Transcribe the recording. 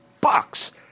bucks